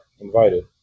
invited